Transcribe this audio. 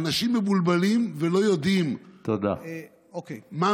האנשים מבולבלים ולא יודעים מה המדיניות.